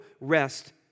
rest